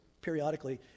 periodically